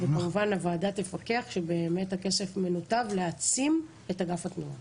כמובן שהוועדה תפקח שהכסף באמת מנותב להעצמת אגף התנועה.